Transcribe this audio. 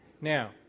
Now